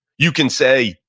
you can say,